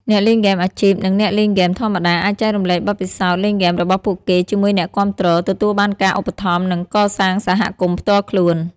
អ្នកលេងហ្គេមអាជីព និងអ្នកលេងហ្គេមធម្មតាអាចចែករំលែកបទពិសោធន៍លេងហ្គេមរបស់ពួកគេជាមួយអ្នកគាំទ្រ ទទួលបានការឧបត្ថម្ភ និងកសាងសហគមន៍ផ្ទាល់ខ្លួន។